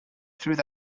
threw